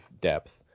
depth